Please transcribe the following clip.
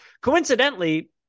coincidentally